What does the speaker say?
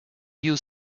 you